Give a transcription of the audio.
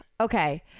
okay